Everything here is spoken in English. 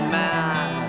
man